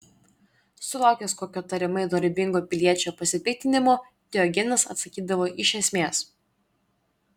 sulaukęs kokio tariamai dorybingo piliečio pasipiktinimo diogenas atsakydavo iš esmės